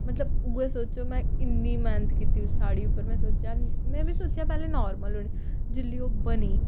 मतलब उ'ऐ सोचो में इन्नी मेह्नत कीती उस साड़ी उप्पर में सोचेआ में बी सोचेआ पैह्लें नार्मल होनी जेल्लै ओह् बनी